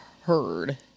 heard